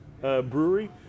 brewery